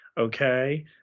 Okay